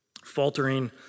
faltering